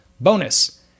Bonus